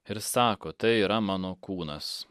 ir sako tai yra mano kūnas